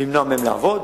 למנוע מהם לעבוד,